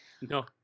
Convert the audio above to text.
No